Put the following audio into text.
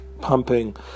pumping